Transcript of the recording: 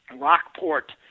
Rockport